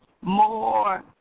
more